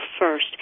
first